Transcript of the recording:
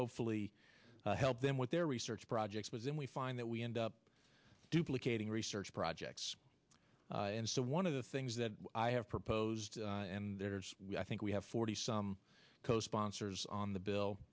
hopefully help them with their research projects but then we find that we end up duplicating research projects and so one of the things that i have proposed and there is i think we have forty some co sponsors on the bill